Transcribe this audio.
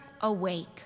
awake